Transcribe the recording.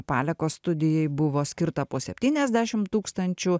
paleko studijai buvo skirta po septyniasdešim tūkstančių